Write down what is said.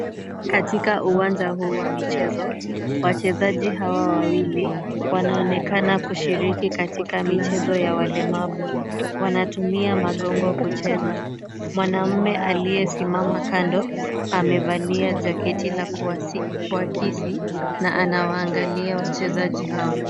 Katika uwanja huu wa michezo wachezaji hawa wawili wanaonekana kushiriki katika michezo ya walemavu. Wanatumia magongo kucheza. Mwanamme aliyesimama kando amevalia jaketi la kuakisi na anawaangalia wachezaji hao.